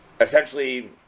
essentially